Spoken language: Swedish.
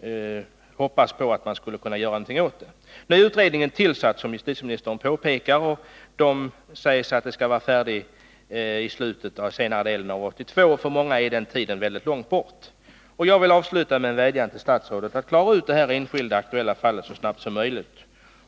jag hoppats att man skulle kunna göra någonting åt detta. En utredning är nu tillsatt, som justitieministern påpekar, och den sägs vara färdig under senare delen av 1982, men för många är den tidpunkten väldigt avlägsen. Jag vill sluta med att vädja till statsrådet att klara upp det här enskilda aktuella fallet så snabbt som möjligt.